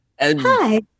hi